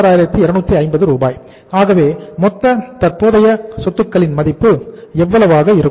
ஆகவே மொத்த தற்போதைய சொத்துக்களின் மதிப்பு எவ்வளவாக இருக்கும்